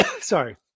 sorry